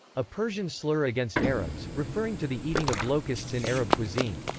a persian slur against arabs, referring to the eating of locusts in arab cuisine.